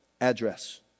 address